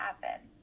happen